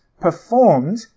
performed